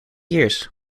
years